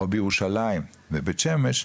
או לירושלים ובית שמש,